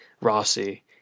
Rossi